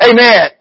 Amen